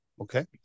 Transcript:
okay